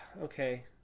okay